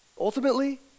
ultimately